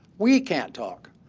we can't talk.